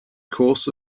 course